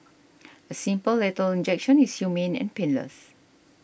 a simple lethal injection is humane and painless